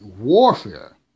warfare